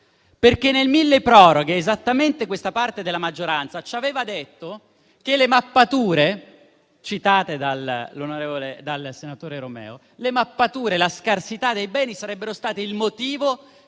decreto milleproroghe esattamente questa parte della maggioranza ci aveva detto che le mappature, citate dal senatore Romeo, e la scarsità dei beni sarebbero state il motivo